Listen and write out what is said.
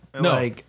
No